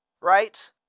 Right